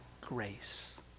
grace